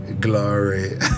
glory